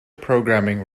programming